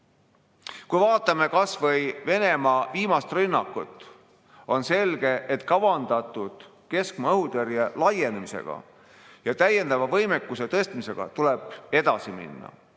Kui vaatame kas või Venemaa viimast rünnakut, on selge, et kavandatud keskmaa õhutõrje laienemisega ja täiendava võimekuse tõstmisega tuleb edasi minna.